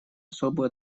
особую